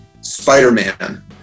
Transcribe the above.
Spider-Man